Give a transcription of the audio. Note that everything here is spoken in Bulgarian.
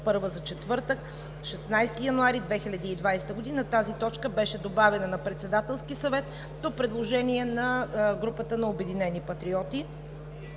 първа за четвъртък – 16 януари 2020 г.“ Тази точка беше добавена на Председателския съвет по предложение на групата на „Обединени патриоти“.